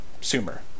Sumer